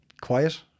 Quiet